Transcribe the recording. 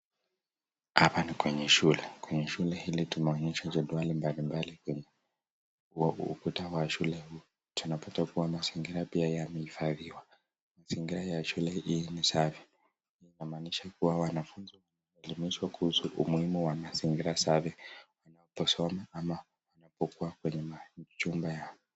Hapa ni kwenye shule. Kwenye shule hili tunaonyeshwa jedwali mbalimbali kwenye ukuta wa shule huu. Tunapata pia mazingira yamehifadhiwa . Mazingira ya shule hii ni safi, ina maanisha wanafunzi wamefundishwa kuhusu umuhimu wa mazingira safi kusoma ama kukuwa kwenye majumba yao.